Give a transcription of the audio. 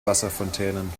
wasserfontänen